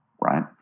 right